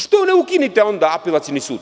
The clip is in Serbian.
Što ne ukinete onda Apelacioni sud?